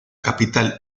capital